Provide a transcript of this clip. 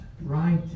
Right